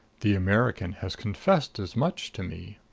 the american has confessed as much to me.